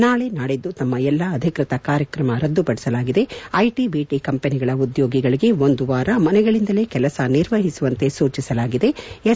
ನಾಳೆ ನಾಡಿದ್ದು ತಮ್ನ ಎಲ್ಲಾ ಅಧಿಕ್ಷತ ಕಾರ್ಯಕ್ರಮ ರದ್ಗುಪಡಿಸಲಾಗಿದೆ ಐಟಿ ಬಿಟಿ ಕಂಪನಿಗಳ ಉದ್ಲೋಗಿಗಳಿಗೆ ಒಂದು ವಾರ ಮನೆಗಳಿಂದಲೇ ಕೆಲಸ ನಿರ್ವಹಿಸುವಂತೆ ಸೂಚಿಸಲಾಗಿದೆ ಎಸ್